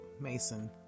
Mason